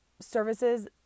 services